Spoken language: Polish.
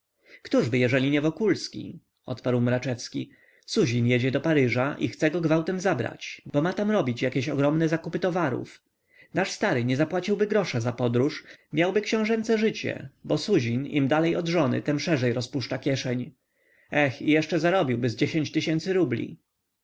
rozmowie któżby jeżeli nie wokulski odparł mraczewski suzin jedzie do paryża i chce go gwałtem zabrać bo ma tam robić jakieś ogromne zakupy towarów nasz stary nie zapłaciłby grosza za podróż miałby książęce życie bo suzin im dalej od żony tem szerzej rozpuszcza kieszeń eh i jeszcze zarobiłby z dziesięć tysięcy rubli